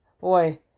Boy